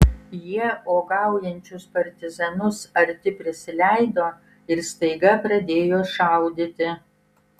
jie uogaujančius partizanus arti prisileido ir staiga pradėjo šaudyti